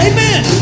Amen